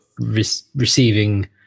receiving